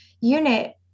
unit